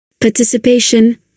Participation